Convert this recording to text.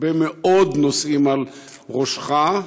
הרבה מאוד נושאים על ראשך,